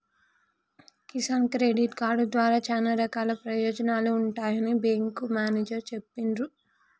Kisan credit card ద్వారా చానా రకాల ప్రయోజనాలు ఉంటాయని బేంకు మేనేజరు చెప్పిన్రు